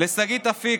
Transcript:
לשגית אפיק,